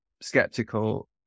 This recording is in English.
skeptical